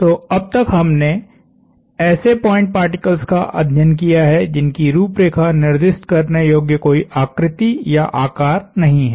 तो अब तक हमने ऐसे पॉइंट पार्टिकल्स का अध्ययन किया है जिनकी रुपरेखा निर्दिष्ट करने योग्य कोई आकृति या आकार नहीं है